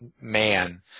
man